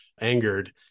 angered